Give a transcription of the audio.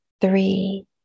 three